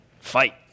Fight